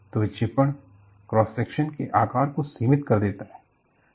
तो विक्षेपण cross section के आकार को सीमित कर देता है